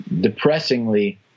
depressingly